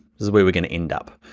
this is where we're gonna end up,